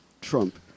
Trump